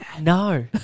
no